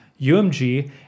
UMG